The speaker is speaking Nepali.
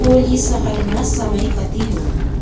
ओली सहरमा समय कति हो